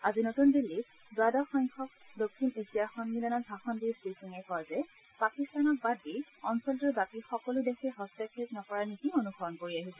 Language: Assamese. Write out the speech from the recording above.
আজি নতুন দিল্লীত দ্বাদশ সংখ্যক দক্ষিণ এছিয়া সন্মিলনত ভাষণ দি শ্ৰীসিঙে কয় যে পাকিস্তানত বাদ দি অঞ্চলটোৰ বাকী সকলো দেশে হস্তক্ষেপ নকৰাৰ নীতি অনুসৰণ কৰি আহিছে